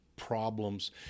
problems